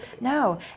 No